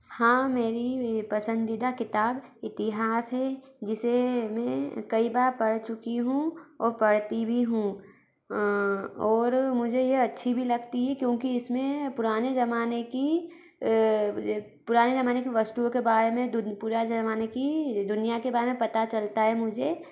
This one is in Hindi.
हाँ मेरी पसंदीदा किताब इतिहास है जिसे मैं कई बार पढ़ चुकी हूँ और पढ़ती भी हूंँ और मुझे यह अच्छी भी लगती है क्योंकि इस में पुराने ज़माने की पुराने ज़माने की वस्तुओं के बारे में पुराने ज़माने की दुनिया के बारे में पता चलता है मुझे